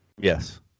Yes